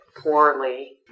Poorly